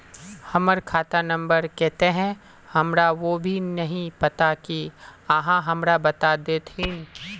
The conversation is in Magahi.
हमर खाता नम्बर केते है हमरा वो भी नहीं पता की आहाँ हमरा बता देतहिन?